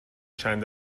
چند